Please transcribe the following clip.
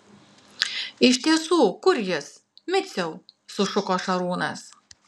iš tiesų kur jis miciau sušuko šarūnas